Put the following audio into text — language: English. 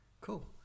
cool